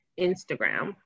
Instagram